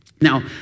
Now